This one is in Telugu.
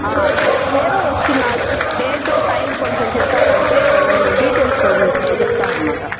ఏ రోజు వస్తున్నారు డేట్ టైమ్ కొంచెం చెప్పారంటే నేను డిటెయిల్స్ మీకు చెప్తానన్నమాట